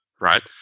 right